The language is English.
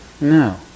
No